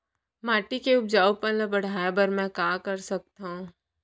माटी के उपजाऊपन ल बढ़ाय बर मैं का कर सकथव?